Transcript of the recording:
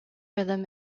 rhythm